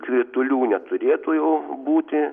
kritulių neturėtų jau būti